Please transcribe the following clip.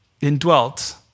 indwelt